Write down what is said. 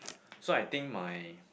so I think my